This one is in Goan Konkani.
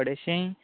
अड्डेचशीं